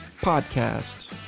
Podcast